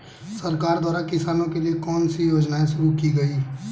सरकार द्वारा किसानों के लाभ के लिए कौन सी योजनाएँ शुरू की गईं?